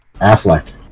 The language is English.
Affleck